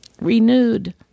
renewed